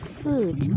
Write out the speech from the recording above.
food